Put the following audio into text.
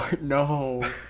No